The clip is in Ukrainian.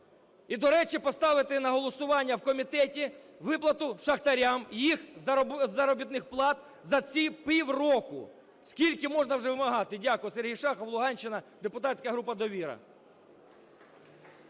І, до речі, поставити на голосування в комітеті виплату шахтарям їх заробітних плат за ці півроку. Скільки можна вже вимагати?! Дякую. Сергій Шахов, Луганщина, депутатська група "Довіра".